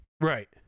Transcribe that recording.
Right